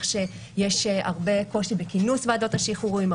שיש קושי רב בכינוס ועדות השחרורים,